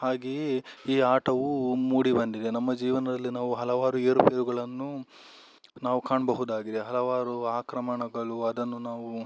ಹಾಗೆಯೇ ಈ ಆಟವು ಮೂಡಿಬಂದಿದೆ ನಮ್ಮ ಜೀವನದಲ್ಲಿ ನಾವು ಹಲವಾರು ಏರುಪೇರುಗಳನ್ನು ನಾವು ಕಾಣಬಹುದಾಗಿದೆ ಹಲವಾರು ಆಕ್ರಮಣಗಳು ಅದನ್ನು ನಾವು